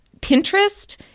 Pinterest